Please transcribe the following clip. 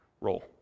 role